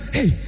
Hey